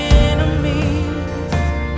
enemies